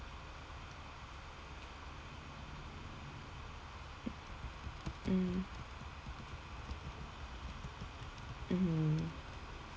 mm mm